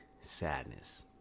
sadness